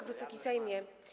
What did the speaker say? Wysoki Sejmie!